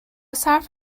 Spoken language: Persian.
صرف